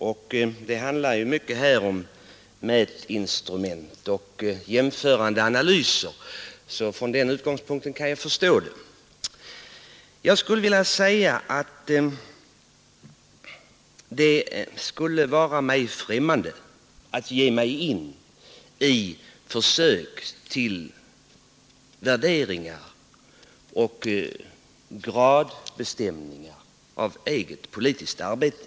Det här ärendet handlar ju om mätinstrument, analyser och jämförande kalkyler, och med den utgångspunkten kan jag förstå det. Det skulle emellertid vara mig främmande att ge mig in i ett försök till en värdering eller gradering av eget politiskt arbete.